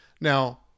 Now